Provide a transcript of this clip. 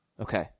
Okay